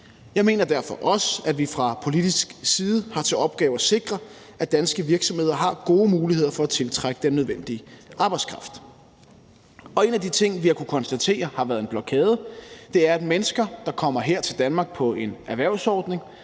Jeg mener derfor også, at vi fra politisk side har til opgave at sikre, at danske virksomheder har gode muligheder for at tiltrække den nødvendige arbejdskraft. Og en af de ting, vi har kunnet konstatere har været en blokade, er, at mennesker, der kommer her til Danmark på en erhvervsordning,